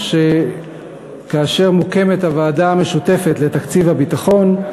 שכאשר מוקמת הוועדה המשותפת לתקציב הביטחון,